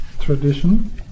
tradition